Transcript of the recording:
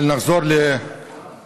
אבל נחזור לענייננו.